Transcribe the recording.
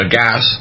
gas